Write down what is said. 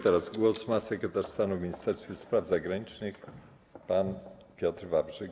Teraz głos ma sekretarz stanu w Ministerstwie Spraw Zagranicznych pan Piotr Wawrzyk.